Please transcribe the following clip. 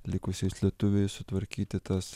likusiais lietuviais sutvarkyti tas